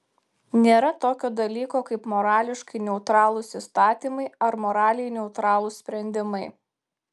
nėra tokio dalyko kaip morališkai neutralūs įstatymai ar moraliai neutralūs sprendiniai